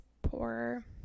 poor